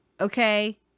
Okay